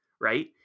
Right